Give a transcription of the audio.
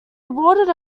awarded